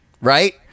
right